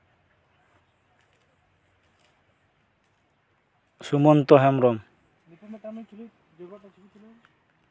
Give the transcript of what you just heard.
Sumanta Hembrom